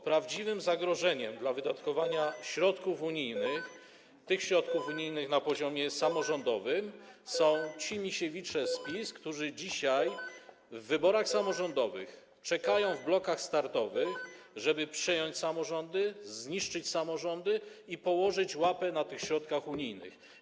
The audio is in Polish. Prawdziwym zagrożeniem dla wydatkowania środków unijnych na poziomie samorządowym są ci Misiewicze z PiS, którzy dzisiaj w wyborach samorządowych czekają w blokach startowych, żeby przejąć samorządy, zniszczyć samorządy i położyć łapę na tych środkach unijnych.